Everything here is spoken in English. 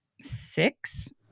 six